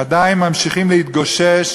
עדיין ממשיכים להתגושש